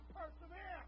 persevere